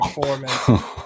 performance